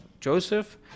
Joseph